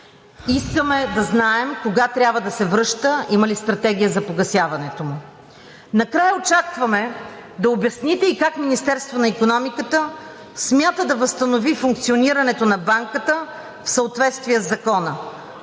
Искаме да знаем кога трябва да се връща, има ли стратегия за погасяването му? Накрая очакваме да обясните и как Министерството на икономиката смята да възстанови функционирането на банката в съответствие със закона?